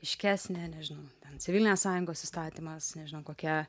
aiškesnė nežinau ten civilinės sąjungos įstatymas nežinau kokia